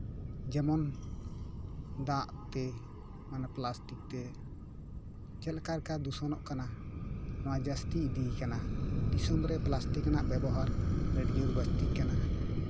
ᱡᱮᱢᱚᱱ ᱫᱟᱜ ᱛᱮ ᱢᱟᱱᱮ ᱯᱞᱟᱥᱴᱤᱠ ᱛᱮ ᱪᱮᱫᱠᱟ ᱞᱮᱠᱟ ᱫᱩᱥᱚᱱᱚᱜ ᱠᱟᱱᱟ ᱱᱚᱣᱟ ᱡᱟᱹᱥᱛᱤ ᱤᱫᱤᱭ ᱠᱟᱱᱟ ᱫᱤᱥᱚᱢᱨᱮ ᱯᱞᱟᱥᱴᱤᱠ ᱨᱮᱱᱟᱜ ᱵᱮᱵᱚᱦᱟᱨ ᱟᱹᱰᱤ ᱡᱳᱨ ᱡᱟᱹᱥᱛᱤᱜ ᱠᱟᱱᱟ